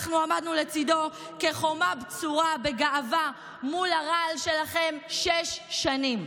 אנחנו עמדנו לצידו כחומה בצורה בגאווה מול הרעל שלכם שש שנים.